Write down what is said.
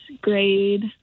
grade